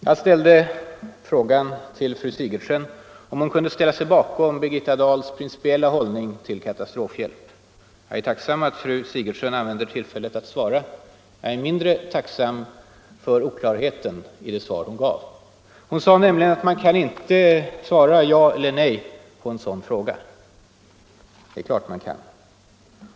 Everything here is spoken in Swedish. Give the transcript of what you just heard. Jag ställde frågan till fru Sigurdsen, om hon kunde ställa sig bakom Birgitta Dahls principiella hållning till katastrofhjälp. Jag är tacksam för att hon använde tillfället att svara. Jag är mindre tacksam för oklarheten i det svar hon gav. Hon sade ju att man varken kan svara ja eller nej på en sådan fråga. Det är klart att man kan.